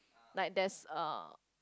like there's a